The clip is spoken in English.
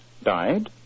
Died